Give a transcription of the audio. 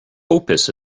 opus